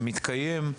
מתקיים.